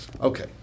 okay